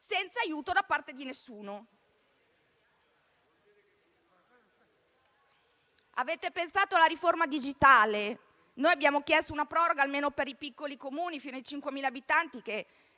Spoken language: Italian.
senza aiuto da parte di nessuno. Avete pensato alla riforma digitale. Abbiamo chiesto una proroga almeno per i piccoli Comuni fino a 5.000 abitanti, e